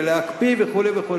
ולהפקיע וכו' וכו'.